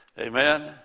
Amen